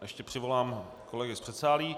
Ještě přivolám kolegy z předsálí.